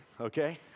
okay